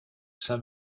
saint